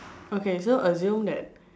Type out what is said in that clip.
okay so assume that